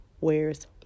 wears